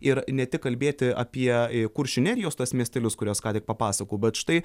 ir ne tik kalbėti apie kuršių nerijos tuos miestelius kuriuos ką tik papasakojau bet štai